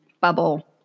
bubble